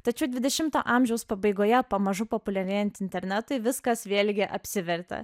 tačiau dvidešimto amžiaus pabaigoje pamažu populiarėjant internetui viskas vėlgi apsivertė